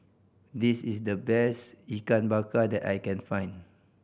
this is the best Ikan Bakar that I can find